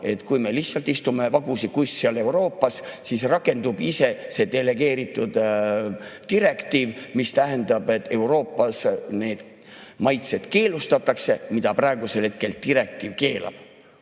et kui me lihtsalt istume vagusi, kuss seal Euroopas, siis rakendub ise see delegeeritud direktiiv, mis tähendab, et Euroopas need maitsed keelustatakse, mida praegusel hetkel direktiiv keelab.